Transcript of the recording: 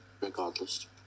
regardless